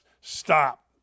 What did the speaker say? stop